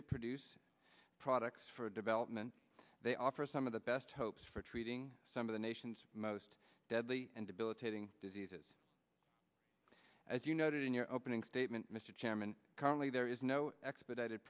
to produce products for development they offer some of the best hopes for treating some of the nation's most deadly and debilitating diseases as you noted in your opening statement mr chairman currently there is no expedited